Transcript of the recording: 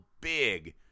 big